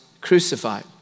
crucified